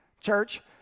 church